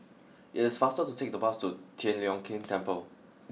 it is faster to take the bus to Tian Leong Keng Temple